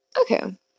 Okay